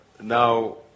Now